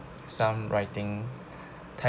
some writing types